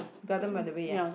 gardens by the bay ah